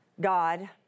God